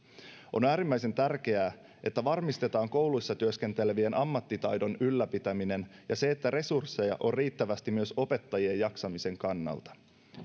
on äärimmäisen tärkeää että varmistetaan kouluissa työskentelevien ammattitaidon ylläpitäminen ja se että resursseja on riittävästi myös opettajien jaksamisen kannalta